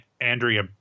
Andrea